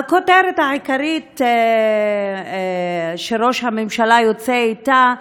והכותרת העיקרית שראש הממשלה יוצא אתה,